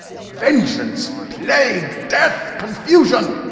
vengeance! plague! death! confusion!